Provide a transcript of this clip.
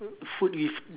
food with